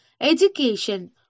education